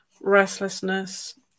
restlessness